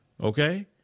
Okay